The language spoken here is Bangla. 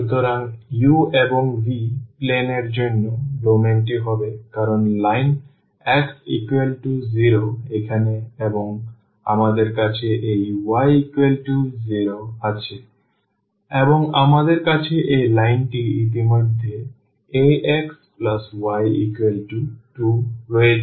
সুতরাং u এবং v প্লেন এর জন্য ডোমেইনটি হবে কারণ লাইন x 0 এখানে এবং আমাদের কাছে এই y 0 আছে এবং আমাদের কাছে এই লাইনটি ইতিমধ্যে axy2 রয়েছে